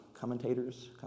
commentators